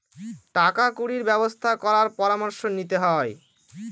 টাকা কুড়ির ব্যবসা করার পরামর্শ নিতে হয়